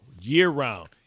year-round